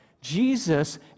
Jesus